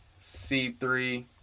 c3